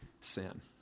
sin